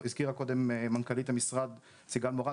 כמו שהזכירה קודם מנכ"לית המשרד סיגל מורן.